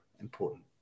important